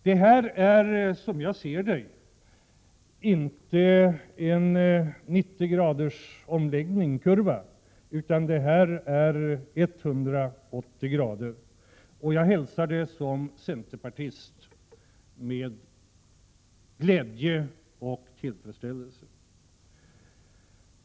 Det här är, som jag ser det, inte en 90 graders utan en 180 graders omläggning av politiken. Jag hälsar som centerpartist detta med glädje och tillfredsställelse.